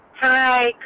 Hi